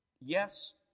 Yes